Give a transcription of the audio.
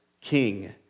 King